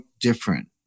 different